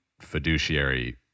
fiduciary